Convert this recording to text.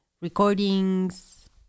recordings